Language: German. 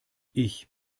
ich